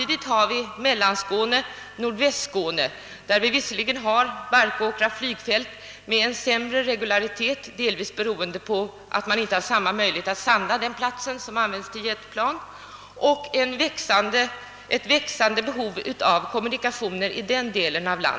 I Mellanoch Nordvästskåne har vi Barkåkra flygfält att ta till. Detta har sämre regularitet bl.a. beroende på att man inte har samma möjlighet att vid halka sanda flygplatsen, som också används för militärt jetflyg. I denna del av landet föreligger ett växande behov av bättre komunikationer.